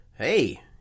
Hey